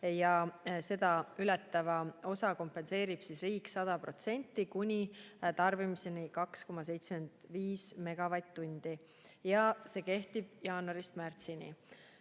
ja seda ületava osa kompenseerib riik 100% kuni tarbimiseni 2,75 megavatt-tundi. See kehtib jaanuarist märtsini.